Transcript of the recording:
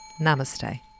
namaste